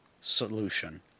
solution